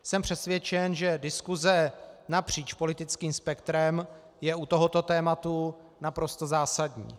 Jsem přesvědčen, že diskuse napříč politickým spektrem je u tohoto tématu naprosto zásadní.